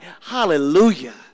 Hallelujah